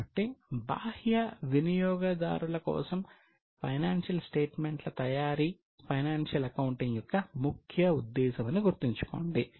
కాబట్టి బాహ్య వినియోగదారుల కోసం ఫైనాన్షియల్ స్టేట్మెంట్ల తయారీ ఫైనాన్షియల్ అకౌంటింగ్ యొక్క ముఖ్య ఉద్దేశమని గుర్తుంచుకోండి